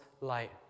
light